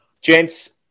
Gents